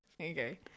okay